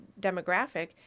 demographic